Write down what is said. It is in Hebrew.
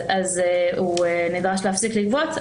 אז הוא נדרש להפסיק לגבות.